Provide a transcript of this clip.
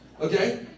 Okay